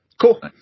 cool